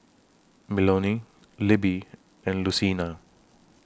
Melonie Libby and Lucina